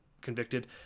convicted